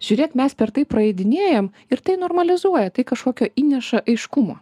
žiūrėk mes per tai praeidinėjam ir tai normalizuoja tai kažkokio įneša aiškumo